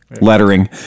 lettering